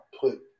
put